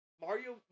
Mario